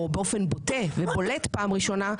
או באופן בוטה ובולט פעם ראשונה,